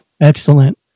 Excellent